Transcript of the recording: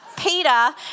Peter